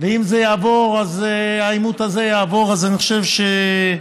ואם העימות הזה יעבור אז אני חושב שבמערכת